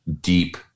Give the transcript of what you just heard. deep